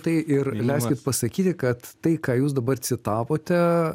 tai ir leiskit pasakyti kad tai ką jūs dabar citavote